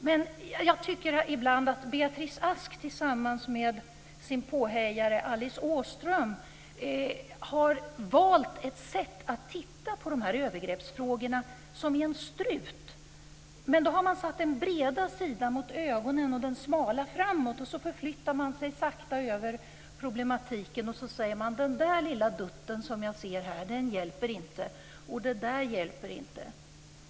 Men jag tycker ibland att Beatrice Ask tillsammans med sin påhejare Alice Åström har valt ett sätt att se på dessa övergrepp som från en strut. Man har satt den breda sidan mot ögonen och riktat den smala sidan framåt. Sedan förflyttar man sakta den över problematiken och säger: Det där lilla hjälper inte och det där hjälper inte.